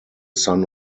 son